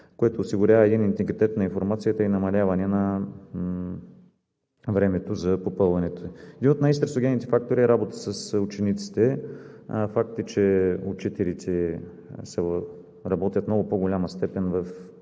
което осигурява един интегритет на информацията и намаляване на времето за попълването. Един от най-стресогенните фактори е работата с учениците. Факт е, че учителите работят в много по-голяма степен